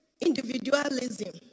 individualism